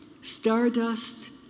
stardust